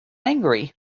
angry